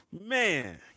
Man